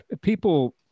people